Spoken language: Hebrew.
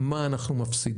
אינני רואה מה אנחנו מפסידים.